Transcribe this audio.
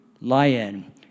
lion